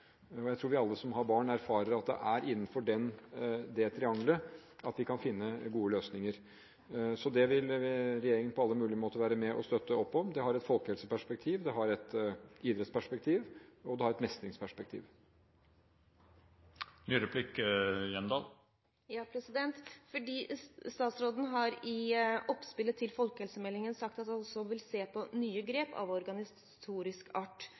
Jeg tror alle vi som har barn, erfarer at det er innenfor dette triangelet vi kan finne gode løsninger. Det vil regjeringen på alle mulige måter være med og støtte opp om. Det har et folkehelseperspektiv, det har et idrettsperspektiv, og det har et mestringsperspektiv. Statsråden har i oppspillet til folkehelsemeldingen sagt at han også vil se på nye grep av organisatorisk art,